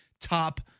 top